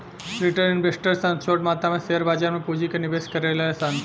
retail investor सन छोट मात्रा में शेयर बाजार में पूंजी के निवेश करेले सन